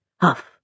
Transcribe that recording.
huff